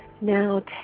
now